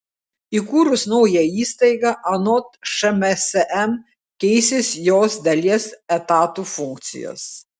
įkūrus naują įstaigą anot šmsm keisis jos dalies etatų funkcijos